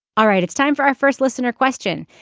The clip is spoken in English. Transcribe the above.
all right it's time for our first listener question.